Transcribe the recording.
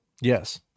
yes